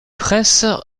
princes